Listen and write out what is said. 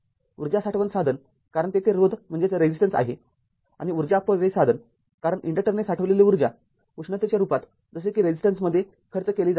ऊर्जा साठवण साधन कारण तेथे रोध आहे आणि उर्जा अपव्यय साधन कारण इन्डक्टरने साठविलेली ऊर्जा उष्णतेच्या रूपात जसे कि रेजिस्टन्समध्ये खर्च केली जाऊ शकते